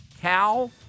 Cal